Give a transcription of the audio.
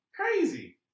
Crazy